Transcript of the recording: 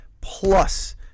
plus